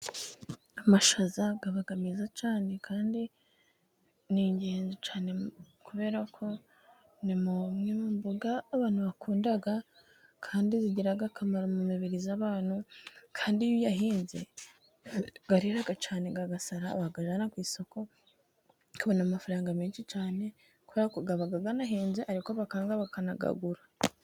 Amashaza aba meza cyane, kandi ni ingenzi cyane, kubera ko ni amwe mu mboga abantu bakunda, kandi zigiga akamaro mu mibiri y'abantu, kandi iyo uyahinze, arera cyane asara bakayajyana ku isoko, bakabona amafaranga menshi cyane, kubera ko aba anahenze ariko bakanga bakanga bakayagura.